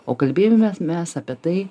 o kalbėjomė mes apie tai